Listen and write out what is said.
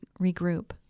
regroup